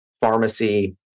pharmacy